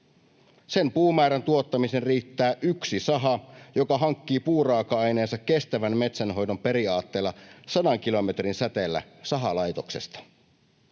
Sen puumäärän tuottamiseen riittää yksi saha, joka hankkii puuraaka-aineensa kestävän metsänhoidon periaatteella sadan kilometrin säteellä sahalaitoksesta.